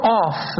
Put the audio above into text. off